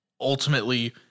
ultimately